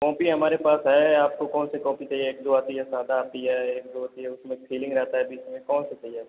copy हमारे पास है आपको कौन से कॉपी चाहिए एक जो आती है सादा आती है एक जो होती है उसमें फिलिंग रहता है बीच में कौन सी चाहिए आपको